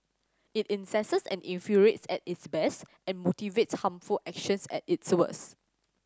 it incenses and infuriates at its best and motivates harmful actions at its worst